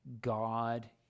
God